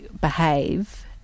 behave